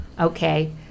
Okay